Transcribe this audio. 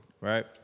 right